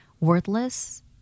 worthless